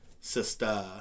sister